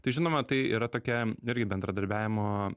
tai žinoma tai yra tokia irgi bendradarbiavimo